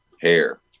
hair